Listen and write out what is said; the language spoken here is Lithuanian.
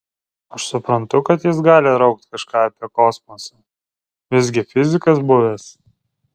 aš suprantu kad jis gali raukt kažką apie kosmosą visgi fizikas buvęs